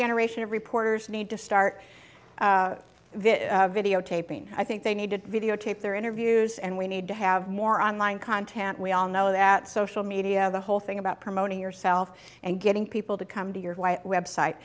generation of reporters need to start this videotaping i think they need to videotape their interviews and we need to have more on line content we all know that social media the whole thing about promoting yourself and getting people to come to your website